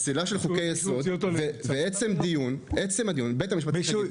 פסילה של חוקי יסוד ועצם קיומו של דיון בהוצאה לנבצרות של ראש ממשלה.